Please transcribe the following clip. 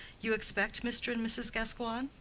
you expect mr. and mrs. gascoigne?